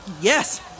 Yes